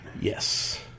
Yes